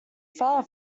far